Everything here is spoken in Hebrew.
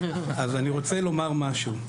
אז אני רוצה לומר משהו.